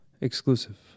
Exclusive